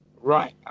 right